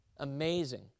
amazing